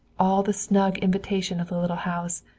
all the snug invitation of the little house.